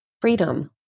Freedom